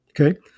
okay